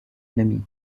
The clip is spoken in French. ennemie